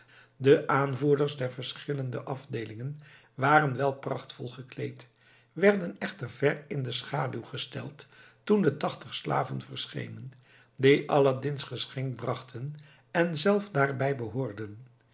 de aanvoerders der verschillende afdeelingen waren wel prachtvol gekleed werden echter ver in de schaduw gesteld toen de tachtig slaven verschenen die aladdin's geschenk brachten en zelf daarbij behoorden